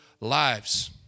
lives